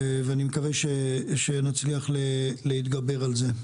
ואני מקווה שנצליח להתגבר על זה.